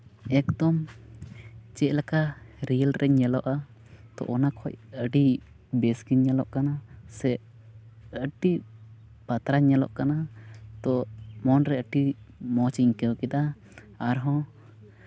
ᱮᱠᱫᱚᱢ ᱪᱮᱫ ᱞᱮᱠᱟ ᱨᱮᱹᱞ ᱨᱮ ᱧᱮᱞᱚᱜᱼᱟ ᱛᱳ ᱚᱱᱟ ᱠᱷᱚᱡ ᱟᱹᱰᱤ ᱵᱮᱥᱜᱤᱧ ᱧᱮᱞᱚᱜ ᱠᱟᱱᱟ ᱥᱮ ᱟᱹᱰᱤ ᱯᱟᱛᱞᱟᱧ ᱧᱮᱞᱚᱜ ᱠᱟᱱᱟ ᱛᱳ ᱢᱚᱱᱨᱮ ᱟᱹᱰᱤ ᱢᱚᱡᱽ ᱤᱧ ᱟᱹᱭᱠᱟᱹᱣ ᱠᱮᱫᱟ ᱟᱨᱦᱚᱸ